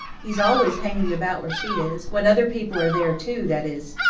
he's always hanging about where she is when other people are there, too, that is.